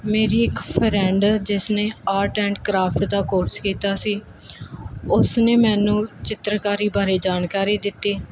ਮੇਰੀ ਇੱਕ ਫਰੈਂਡ ਜਿਸਨੇ ਆਟ ਐਂਡ ਕ੍ਰਾਫਟ ਦਾ ਕੋਰਸ ਕੀਤਾ ਸੀ ਉਸਨੇ ਮੈਨੂੰ ਚਿੱਤਰਕਾਰੀ ਬਾਰੇ ਜਾਣਕਾਰੀ ਦਿੱਤੀ